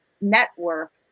network